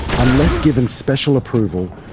unless given special approval,